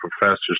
professors